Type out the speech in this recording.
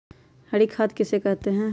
हरी खाद किसे कहते हैं?